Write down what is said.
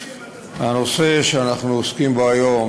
הנושא שאנחנו עוסקים בו היום